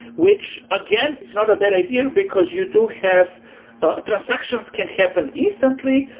which, again, it's not a bad idea, because you do have transactions can happen instantly,